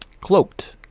Cloaked